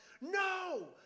no